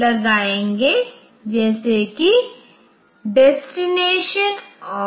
तो service request के अनुसार n के मूल्यों का प्रयोग किया जाता है यह निश्चित करने के लिए की किस सर्विस प्रोसीजर को बुलाया जाएगा